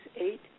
eight